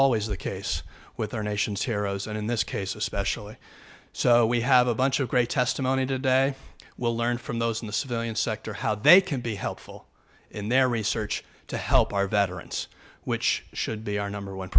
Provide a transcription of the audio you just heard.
always the case with our nation's heroes and in this case especially so we have a bunch of great testimony today will learn from those in the civilian sector how they can be helpful in their research to help our veterans which should be our number one